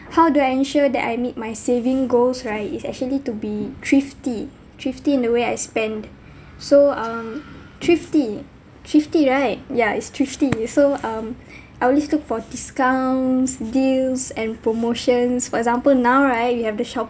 how to ensure that I meet my saving goals right is actually to be thrifty thrifty in the way I spend so um thrifty thrifty right ya it's thrifty so um I always look for discounts deals and promotions for example now right we have the shopee